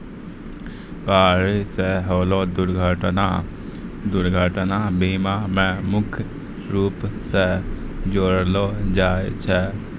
गाड़ी से होलो दुर्घटना दुर्घटना बीमा मे मुख्य रूपो से जोड़लो जाय छै